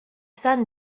son